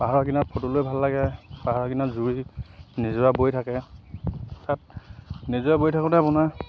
পাহাৰৰ কিনাৰ ফটো লৈ ভাল লাগে পাহাৰ কিনাৰ জুৰি নিজৰা বৈ থাকে তাত নিজৰা বৈ থাকোঁতে মানে